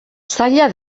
zaila